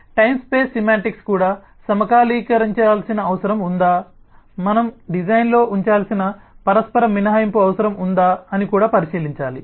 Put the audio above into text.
కాబట్టి time space semantics కూడా సమకాలీకరించాల్సిన అవసరం ఉందా మనం డిజైన్లో ఉంచాల్సిన పరస్పర మినహాయింపు అవసరం ఉందా అని కూడా పరిశీలించాలి